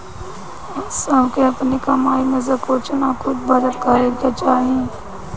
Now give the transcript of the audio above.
सबके अपनी कमाई में से कुछ नअ कुछ बचत करे के चाही